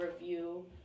review